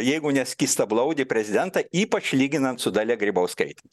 jeigu ne skystablaudį prezidentą ypač lyginant su dalia grybauskaite